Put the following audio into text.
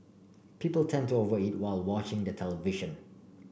people tend to over eat while watching the television